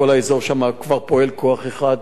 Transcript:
בכל האזור שם כבר פועל כוח אחד,